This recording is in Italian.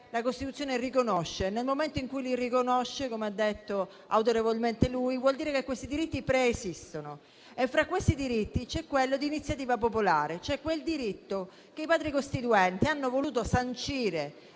la Costituzione riconosce. E nel momento in cui li riconosce, come egli ha detto autorevolmente, vuol dire che questi diritti preesistono. Fra questi diritti c'è quello dell'iniziativa popolare, quel diritto che i Padri costituenti hanno voluto sancire,